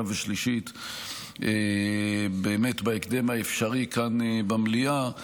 ושלישית באמת בהקדם האפשרי כאן במליאה.